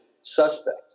suspect